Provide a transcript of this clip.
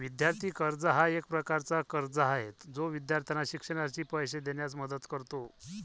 विद्यार्थी कर्ज हा एक प्रकारचा कर्ज आहे जो विद्यार्थ्यांना शिक्षणासाठी पैसे देण्यास मदत करतो